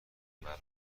مرا